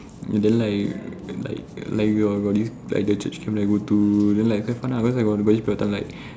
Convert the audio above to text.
and then like like like got this like the church camp I go to then quite fun lah cause I got this